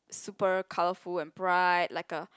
super colourful and bright like a